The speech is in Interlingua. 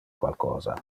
qualcosa